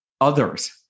others